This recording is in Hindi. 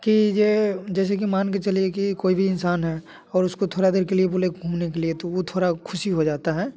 की जो जैसे की मान के चलिए कि कोई भी इंसान है और उसको थोड़ा देर के लिए बोले घूमने के लिए तो वो थोड़ा खुशी हो जाता है